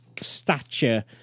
stature